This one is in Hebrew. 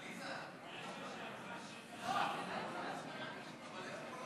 והיא יורדת